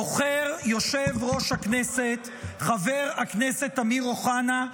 בוחר יושב-ראש הכנסת חבר הכנסת אמיר אוחנה,